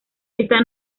está